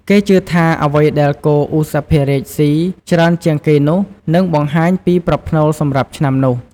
គេជឿថា អ្វីដែលគោឧសភរាជស៊ីច្រើនជាងគេនោះ នឹងបង្ហាញពីប្រផ្នូលសម្រាប់ឆ្នាំនោះ។